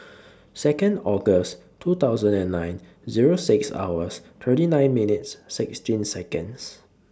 Second August two thousand and nine Zero six hours thirty nine minutes sixteen Seconds